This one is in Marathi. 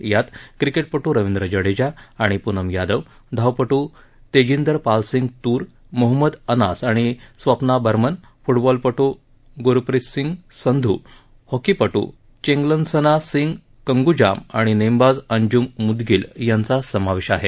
यात क्रिकेटपटू रविंद्र जडेजा आणि पूनम यादव धावपटू तेजिंदर पालसिंग त्र मोहम्मद अनास आणि स्वप्ना बर्मन फ्टबॉलपटू ग्रप्रित सिंग संधू हॉकीपटू चिंगलेनसना सिंग कंगूजाम आणि नेमबाज अंजूम म्दगिल यांचा समावेश आहे